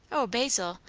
o, basil,